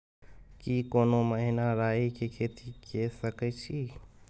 की कोनो महिना राई के खेती के सकैछी?